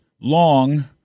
long